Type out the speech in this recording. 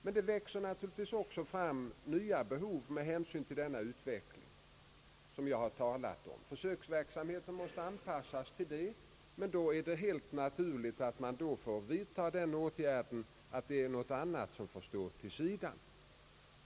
Men det växer naturligtvis också fram nya behov med hänsyn till den utveckling som jag antytt. Försöksverksamheten måste anpassas härtill, men då är det helt naturligt att man får ställa något annat åt sidan.